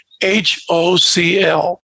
HOCl